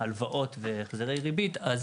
הלוואות והחזרי ריבית, אז